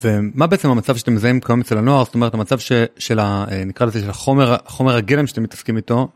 ומה בעצם המצב שאתה מזהים כיום אצל הנוער, זאת אומרת המצב של נקרא לזה חומר חומר הגלם שאתם מתעסקים איתו.